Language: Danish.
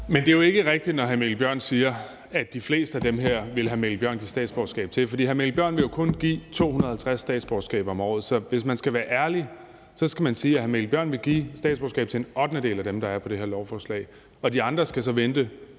Men det er jo ikke rigtigt, når hr. Mikkel Bjørn siger, at han vil give statsborgerskab til de fleste af dem her, for hr. Mikkel Bjørn vi jo kun give 250 statsborgerskaber om året. Så hvis man skal være ærlig, skal man sige, at hr. Mikkel Bjørn vil give statsborgerskab til en ottendedel af dem, der er på det her lovforslag, og de andre skal så vente